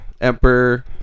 Emperor